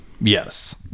Yes